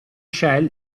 shell